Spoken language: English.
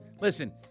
listen